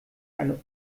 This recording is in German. eine